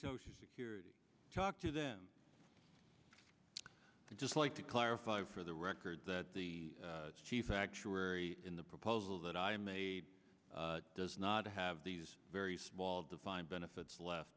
social security talk to them just like to clarify for the record that the chief actuary in the proposal that i made does not have these very small defined benefits